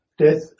death